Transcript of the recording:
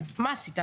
מה עשית?